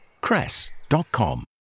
cress.com